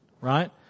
right